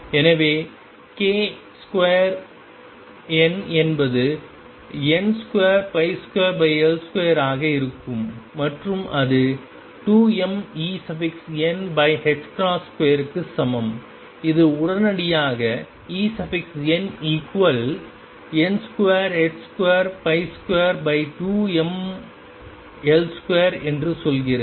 எனவேkn2 என்பது n22L2 ஆக இருக்கும் மற்றும் அது 2mEn2 க்கு சமம் இது உடனடியாக Enn2222mL2 என்று சொல்கிறது